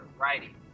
writing